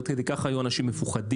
עד כדי כך היו אנשים מפוחדים,